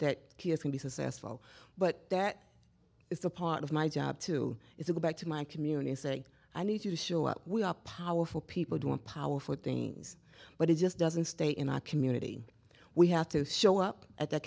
that kids can be successful but that is a part of my job too it's a go back to my community and say i need you to show up we are powerful people doing powerful things but it just doesn't stay in our community we have to show up at the